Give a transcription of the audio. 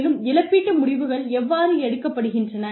மேலும் இழப்பீட்டு முடிவுகள் எவ்வாறு எடுக்கப்படுகின்றன